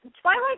Twilight